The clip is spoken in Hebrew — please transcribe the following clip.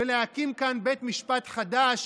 ולהקים כאן בית משפט חדש.